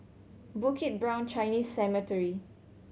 Bukit Brown Chinese Cemetery